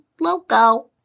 loco